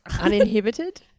uninhibited